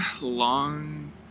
long